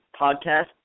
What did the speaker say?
podcast